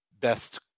best